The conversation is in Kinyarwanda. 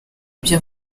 ibyo